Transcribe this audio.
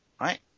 right